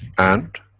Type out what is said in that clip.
and?